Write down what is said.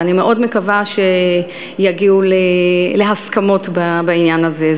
ואני מאוד מקווה שיגיעו להסכמות בעניין הזה.